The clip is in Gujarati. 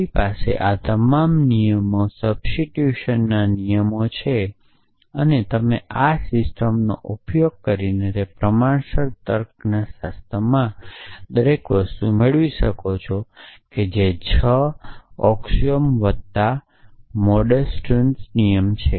આપણી પાસે આ તમામ નિયમો સબસ્ટીટ્યુશનના નિયમો છે અને તમે આ સિસ્ટમનો ઉપયોગ કરીને તે પ્રમાણસર તર્ક શાસ્ત્રમાં દરેક વસ્તુ મેળવી શકો છો જે તે છ ઑક્સિઓમ વત્તા મોડસ ટુન્સ નિયમ છે